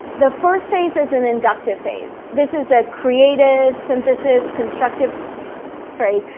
the first phase is an inductive phase. this is a creative, synthesis, constructive ah phase.